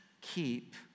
keep